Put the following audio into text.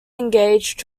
engaged